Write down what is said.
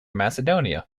macedonia